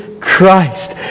Christ